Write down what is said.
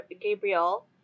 Gabriel